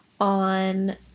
on